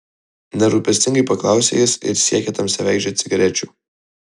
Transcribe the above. nerūpestingai paklausė jis ir siekė tamsiaveidžio cigarečių